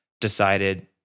decided